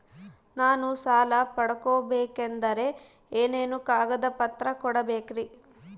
ನಾನು ಸಾಲ ಪಡಕೋಬೇಕಂದರೆ ಏನೇನು ಕಾಗದ ಪತ್ರ ಕೋಡಬೇಕ್ರಿ?